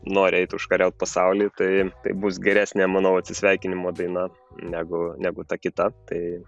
nori eit užkariaut pasaulį tai tai bus geresnė manau atsisveikinimo daina negu negu ta kita tai